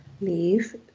leave